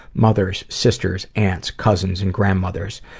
mothers, sisters, aunts, cousins, and grandmothers.